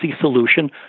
solution